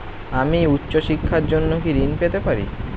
আমি উচ্চশিক্ষার জন্য কি ঋণ পেতে পারি?